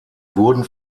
wurden